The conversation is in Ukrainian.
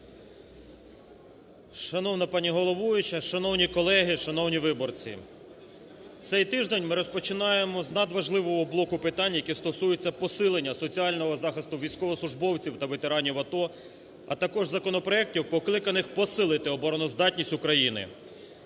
Шановна пані головуюча, шановні колеги, шановні виборці! Цей тиждень ми розпочинаємо з надважливого блоку питань, який стосується посилення соціального захисту військовослужбовців та ветеранів АТО, а також законопроектів, покликаних посилити обороноздатність України.